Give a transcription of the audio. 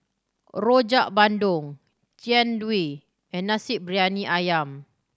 Rojak Bandung Jian Dui and Nasi Briyani Ayam